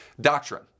doctrine